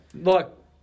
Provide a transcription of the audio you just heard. Look